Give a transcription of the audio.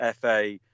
FA